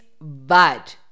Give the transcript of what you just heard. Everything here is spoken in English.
bad